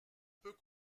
peut